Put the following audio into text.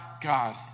God